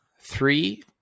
three